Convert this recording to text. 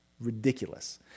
ridiculous